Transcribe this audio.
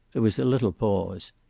there was a little pause.